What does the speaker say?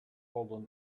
fallen